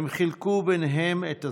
הם חילקו ביניהם את הזמן,